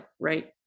right